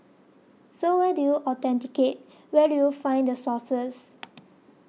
so where do you authenticate where do you find the sources